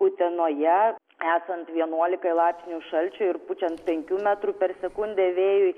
utenoje esant vienuolikai laipsnių šalčio ir pučiant penkių metrų per sekundę vėjui